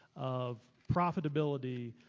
of profitability,